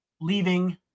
leaving